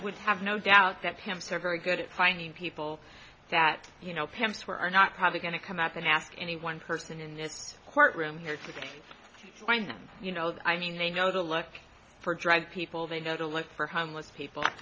would have no doubt that him so very good at finding people that you know pimps were not probably going to come up and ask any one person in the courtroom where to find them you know i mean they go to look for dr people they go to look for homeless people